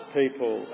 people